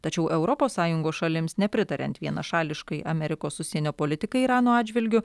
tačiau europos sąjungos šalims nepritariant vienašališkai amerikos užsienio politikai irano atžvilgiu